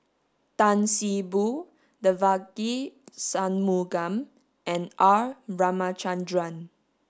Tan See Boo Devagi Sanmugam and R Ramachandran